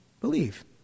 believe